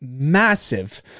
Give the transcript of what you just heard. Massive